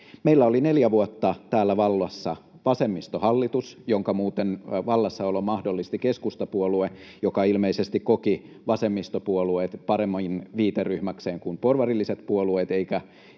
Meillä oli neljä vuotta täällä vallassa vasemmistohallitus, jonka vallassaolon muuten mahdollisti keskustapuolue, joka ilmeisesti koki vasemmistopuolueet paremmin viiteryhmäkseen kuin porvarilliset puolueet